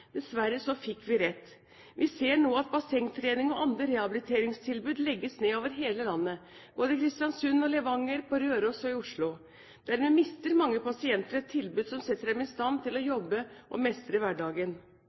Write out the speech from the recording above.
Dessverre fikk vi rett. Vi ser nå at bassengtrening og andre rehabiliteringstilbud legges ned over hele landet, både i Kristiansund, i Levanger, på Røros og i Oslo. Dermed mister mange pasienter et tilbud som setter dem i stand til å jobbe og mestre hverdagen.